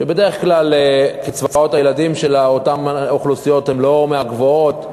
ובדרך כלל קצבאות הילדים של אותן אוכלוסיות הן לא מהגבוהות,